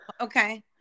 Okay